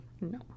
No